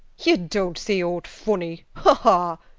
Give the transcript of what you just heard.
ye don't see aught funny! ha! ha!